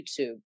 YouTube